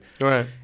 Right